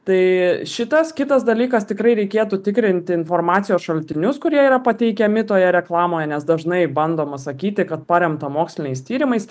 tai šitas kitas dalykas tikrai reikėtų tikrinti informacijos šaltinius kurie yra pateikiami toje reklamoje nes dažnai bandoma sakyti kad paremta moksliniais tyrimais